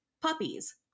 puppies